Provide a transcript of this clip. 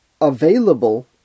available